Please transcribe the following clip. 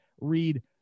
read